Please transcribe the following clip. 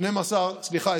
סליחה,